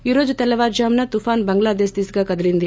ఈ రోజు తెల్లవారు జామున తుపాను బంగ్లాదేశ్ దిశగా కదిల్ంది